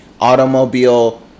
Automobile